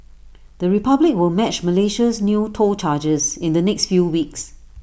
the republic will match Malaysia's new toll charges in the next few weeks